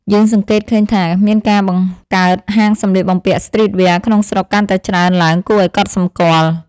យើងសង្កេតឃើញថា មានការបង្កើតហាងសម្លៀកបំពាក់ស្ទ្រីតវែរក្នុងស្រុកកាន់តែច្រើនឡើងគួរឱ្យកត់សម្គាល់។